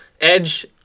Edge